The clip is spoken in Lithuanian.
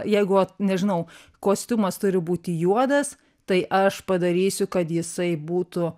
jeigu vat nežinau kostiumas turi būti juodas tai aš padarysiu kad jisai būtų